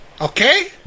okay